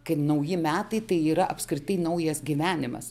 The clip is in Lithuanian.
kad nauji metai tai yra apskritai naujas gyvenimas